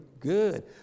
Good